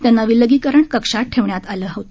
त्यांना विलगीकरण कक्षात ठेवण्यात आलेले होते